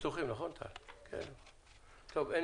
מי